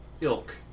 ilk